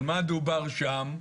על מה דובר שם?